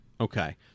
okay